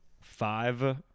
Five